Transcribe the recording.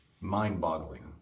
mind-boggling